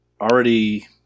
already